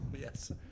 Yes